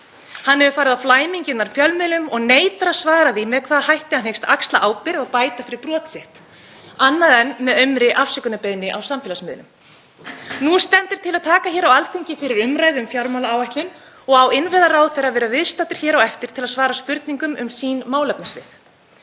Hann hefur farið undan í flæmingi frá fjölmiðlum og neitar að svara því með hvaða hætti hann hyggst axla ábyrgð og bæta fyrir brot sitt öðruvísi en með aumri afsökunarbeiðni á samfélagsmiðlum. Nú stendur til að taka hér á Alþingi fyrir umræðu um fjármálaáætlun og á innviðaráðherra að vera viðstaddur hér á eftir til að svara spurningum um sín málefnasvið.